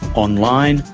online,